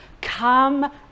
Come